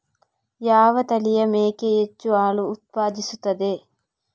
ಯಾವ ತಳಿಯ ಮೇಕೆ ಹೆಚ್ಚು ಹಾಲು ಉತ್ಪಾದಿಸುತ್ತದೆ?